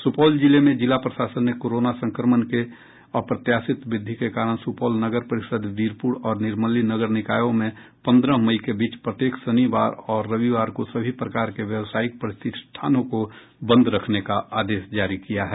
सुपौल जिले में जिला प्रशासन ने कोरोना संक्रमण के लगातार अप्रत्याशित वृद्धि के कारण सुपौल नगर परिषद वीरपुर और निर्मली नगर निकायों में पन्द्रह मई के बीच प्रत्येक शनिवार और रविवार को सभी प्रकार के व्यवसायिक प्रतिष्ठानों को बंद रखने का आदेश जारी किया है